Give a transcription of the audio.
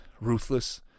ruthless